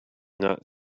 not